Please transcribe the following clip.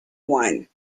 one